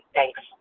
Thanks